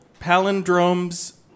Palindrome's